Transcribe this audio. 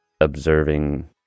observing